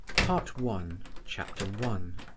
part one. chapter one.